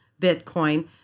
Bitcoin